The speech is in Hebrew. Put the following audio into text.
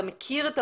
אתה מכיר,